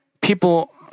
people